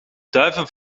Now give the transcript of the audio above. duiven